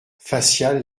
facial